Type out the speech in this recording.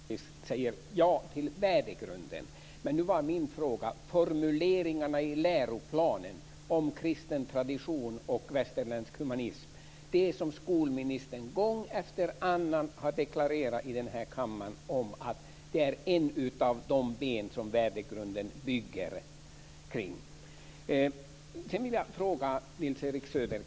Fru talman! Jag noterar att Nils-Erik Söderqvist säger ja till värdegrunden. Men nu handlade min fråga om formuleringarna i läroplanen om kristen tradition och västerländsk humanism, det som skolministern i denna kammare gång efter annan har deklarerat är ett av de ben som värdegrunden vilar på.